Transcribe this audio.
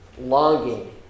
longing